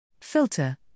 Filter